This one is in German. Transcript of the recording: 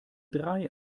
drei